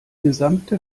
gesamte